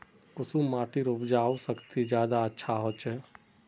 कुंसम माटिर उपजाऊ शक्ति ज्यादा अच्छा होचए?